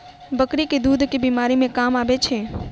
बकरी केँ दुध केँ बीमारी मे काम आबै छै?